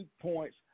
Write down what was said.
points